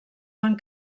van